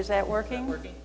is that working working